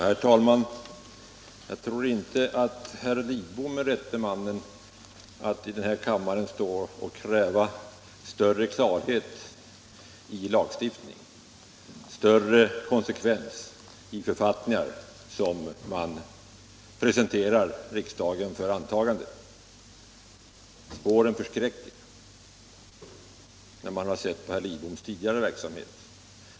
Herr talman! Jag tror inte att herr Lidbom är rätte mannen att här i kammaren stå och kräva större klarhet i lagstiftningen och större konsekvens i författningar som man presenterar riksdagen för antagande. Spåren förskräcker när man har sett herr Lidboms tidigare verksamhet i lagstiftningssammanhang.